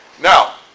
Now